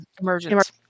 emergence